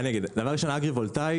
ראשון,